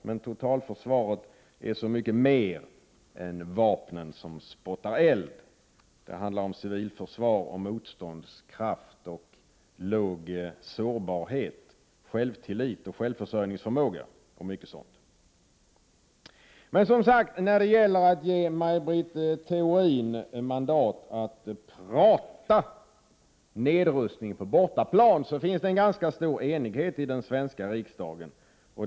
Men totalförsvaret är så mycket mer än vapen som spottar eld. Det handlar också om civilförsvar, motståndskraft, låg sårbarhet, självtillit och självförsörjningsförmåga. När det gäller att ge Maj Britt Theorin mandat att prata nedrustning på bortaplan finns en ganska stor enighet i den svenska riksdagen.